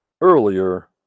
earlier